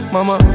Mama